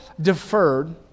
deferred